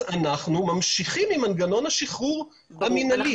והפסיקה אז אנחנו ממשיכים עם מנגנון השחרור המינהלי.